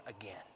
again